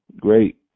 great